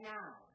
now